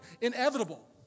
inevitable